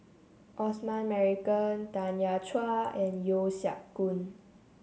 Osman Merican Tanya Chua and Yeo Siak Goon